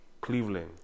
Cleveland